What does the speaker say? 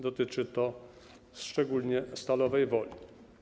Dotyczy to szczególnie Stalowej Woli.